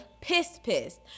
pissed-pissed